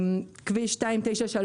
כביש 293,